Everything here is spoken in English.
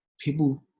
people